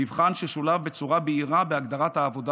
זהו מבחן ששולב בצורה בהירה בהגדרת העבודה